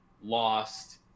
lost